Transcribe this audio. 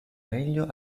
meglio